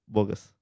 Bogus